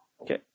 Okay